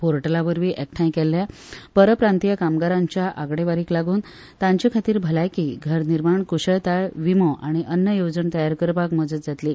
पोर्टला वरवीं एकठांय केल्ल्या परप्रांतीय कामगारांच्या आंकडेवारीक लागून तांचे खातीर भलायकी घरनिर्माण क्रशळटाय विमो आनी अन्न येवजण तयार करपाक मजत जातली